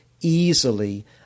easily